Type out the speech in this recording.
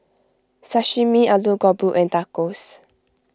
Sashimi Alu Gobi and Tacos